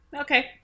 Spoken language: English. Okay